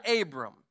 Abram